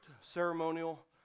ceremonial